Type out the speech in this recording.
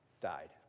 died